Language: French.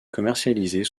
commercialisées